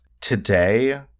Today